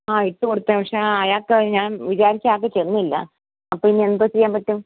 ആ ഇട്ടുകൊടുത്തു പക്ഷേ അയാൾക്ക് ഞാൻ വിചാരിച്ച് ആൾക്ക് ചെന്നില്ല അപ്പോൾ ഇനി എന്തോ ചെയ്യാൻ പറ്റും